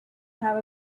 have